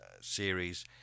series